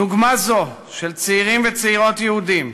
דוגמה זו, של צעירים וצעירות יהודים,